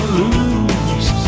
lose